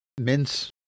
mince